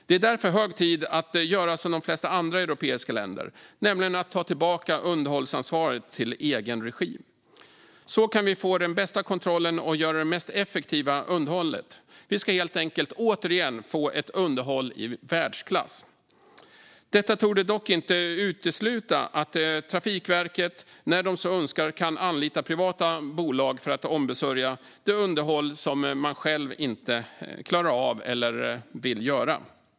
Det är därför hög tid att göra som de flesta andra europeiska länder och ta tillbaka underhållsansvaret till egen regi. Så kan vi få den bästa kontrollen och göra det mest effektiva underhållet. Vi ska helt enkelt återigen få ett underhåll i världsklass. Detta torde dock inte utesluta att man på Trafikverket när man så önskar kan anlita privata bolag för att ombesörja det underhåll som man själv inte klarar av eller vill göra.